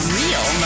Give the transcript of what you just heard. real